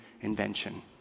invention